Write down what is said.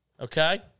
Okay